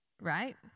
right